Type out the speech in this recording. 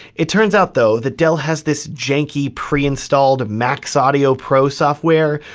it turns out though that dell has this junky pre-installed max audio pro software,